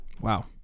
wow